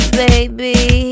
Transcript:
baby